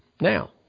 Now